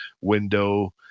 window